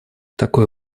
такое